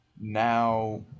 now